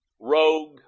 rogue